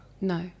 No